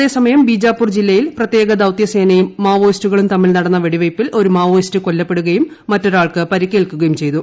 അതേ സമയം ബീജാപ്പൂർ ജില്ലയിൽ പ്രത്യേക ദൌത്യസേനയും മാവോയിസ്റ്റുകളും തമ്മിൽ നടന്ന വെടിവെയ്പ്പിൽ ഒരു മാവോയിസ്റ്റ് കൊല്ലപ്പെടുകയും മറ്റൊരാൾക്ക് പരിക്കേൽക്കുകയും ചെയ്തു